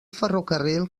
ferrocarril